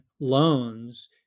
loans